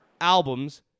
albums